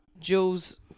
Jules